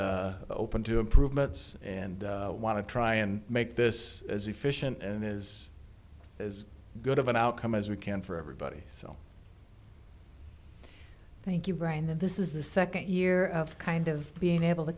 open to improvements and want to try and make this as efficient and is as good of an outcome as we can for everybody so thank you brian this is the second year of kind of being able to